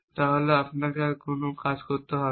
তাহলে আপনাকে আর কোনো কাজ করতে হবে না